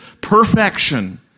perfection